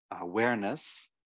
awareness